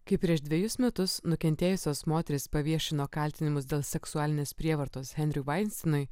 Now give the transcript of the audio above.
kai prieš dvejus metus nukentėjusios moterys paviešino kaltinimus dėl seksualinės prievartos henriui veinsteinui